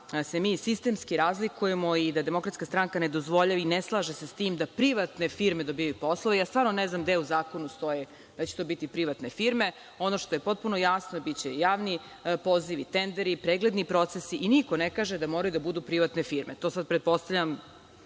se mi sistemski razlikujemo i da DS ne dozvoljava i ne slaže se sa tim da privatne firme dobijaju poslove, stvarno ne znam gde u zakonu stoji da će to biti privatne firme. Ono što je potpuno jasno, biće javni pozivi, tenderi, pregledni procesi i niko ne kaže da moraju da budu privatne firme, pretpostavljam